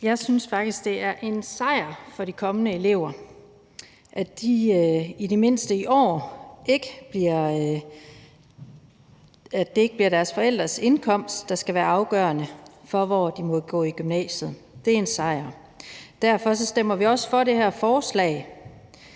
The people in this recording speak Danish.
Jeg synes faktisk, det er en sejr for de kommende elever, at det i det mindste i år ikke bliver deres forældres indkomst, der skal være afgørende for, hvor de må gå i gymnasiet. Det er en sejr. Derfor stemmer vi også for det her forslag,